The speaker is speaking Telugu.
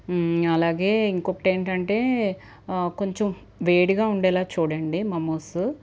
అలాగే ఇంకొకటి ఏంటంటే కొంచెం వేడిగా ఉండేలా చూడండి మమోస్